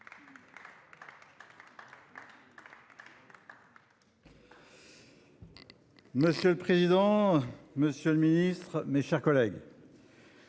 Monsieur le président, monsieur le ministre, mes chers collègues,